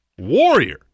Warrior